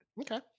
okay